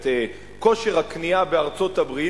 את כושר הקנייה בארצות-הברית,